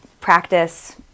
practice